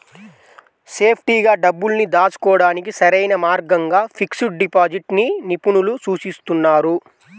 సేఫ్టీగా డబ్బుల్ని దాచుకోడానికి సరైన మార్గంగా ఫిక్స్డ్ డిపాజిట్ ని నిపుణులు సూచిస్తున్నారు